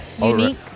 Unique